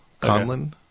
Conlon